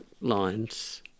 lines